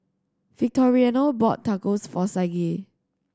Victoriano bought Tacos for Saige